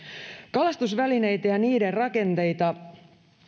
kalastusvälineitä ja niiden rakenteita